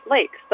Lake